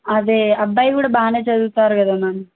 అదే అబ్బాయి కూడా బాగా చదువుతాడు కదా మ్యామ్